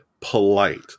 polite